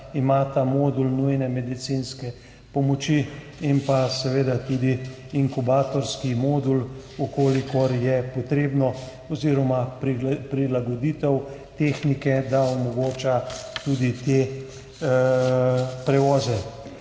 imata modul nujne medicinske pomoči in seveda tudi inkubatorski modul, če je potrebno, oziroma prilagoditev tehnike, da omogoča tudi te prevoze.